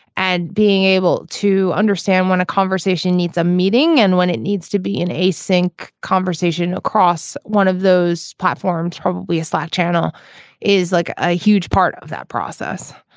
and being able to understand when a conversation needs a meeting and when it needs to be in a sync conversation across one of those platforms probably a slack channel is like a huge part of that process.